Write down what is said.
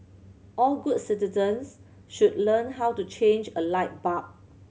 all good citizens should learn how to change a light bulb